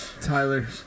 Tyler